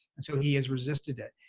and so he has resisted it.